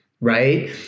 right